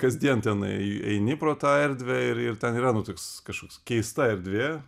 kasdien tenai eini pro tą erdvę ir ten yra nu toks kažkoks keista erdvė